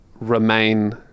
remain